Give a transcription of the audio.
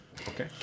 Okay